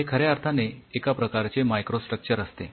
हे खऱ्या अर्थाने एका प्रकारचे मायक्रोस्ट्रक्चर असते